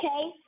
Okay